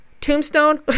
Tombstone